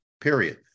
period